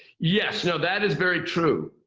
yes. no, that is very true.